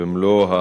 במלוא,